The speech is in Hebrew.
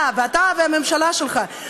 אתה והממשלה שלך,